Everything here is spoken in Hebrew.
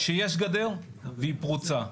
שיש גדר והיא פרוצה.